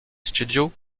studios